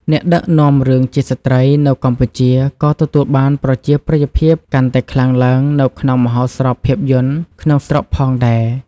អ្នកដឹកនាំរឿងជាស្ត្រីនៅកម្ពុជាក៏ទទួលបានប្រជាប្រិយភាពកាន់តែខ្លាំងឡើងនៅក្នុងមហោស្រពភាពយន្តក្នុងស្រុកផងដែរ។